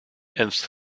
and